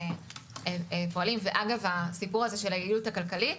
אגב הסיפור של היעילות הכלכלית,